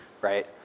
right